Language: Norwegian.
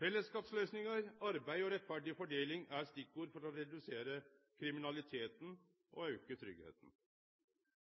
Fellesskapsløysingar, arbeid og rettferdig fordeling er stikkord for å redusere kriminaliteten og auke tryggleiken.